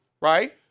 right